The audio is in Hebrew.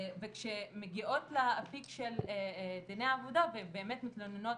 כשמגיעות לאפיק של דיני עבודה ובאמת מתלוננות,